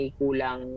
kulang